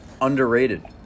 underrated